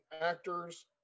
actors